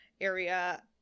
area